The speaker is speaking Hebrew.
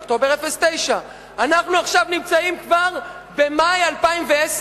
אוקטובר 09'. אנחנו עכשיו כבר נמצאים במאי 2010,